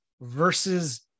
versus